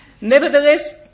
Nevertheless